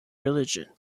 religion